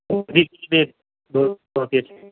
وہ بھی دیجئے